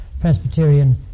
Presbyterian